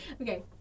Okay